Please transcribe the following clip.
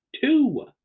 Two